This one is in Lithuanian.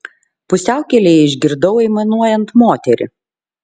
pusiaukelėje išgirdau aimanuojant moterį